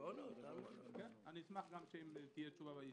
אשמח לקבל תשובה.